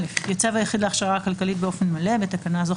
(א) התייצב היחיד להכשרה הכלכלית באופן מלא (בתקנה זו,